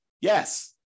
Yes